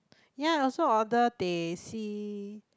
yea I also order teh C